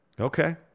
Okay